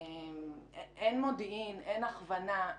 אין מודיעין, אין הכוונה.